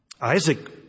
Isaac